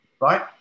Right